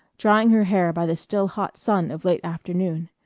drying her hair by the still hot sun of late afternoon.